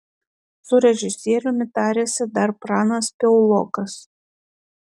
su režisieriumi tarėsi dar pranas piaulokas